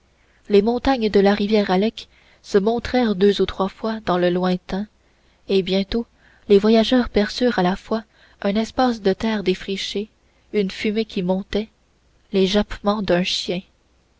les montagnes de la rivière alec se montrèrent deux ou trois fois dans le lointain et bientôt les voyageurs perçurent à la fois un espace de terre défriché une fumée qui montait les jappements d'un chien